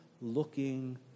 looking